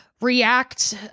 React